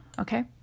okay